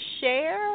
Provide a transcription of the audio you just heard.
share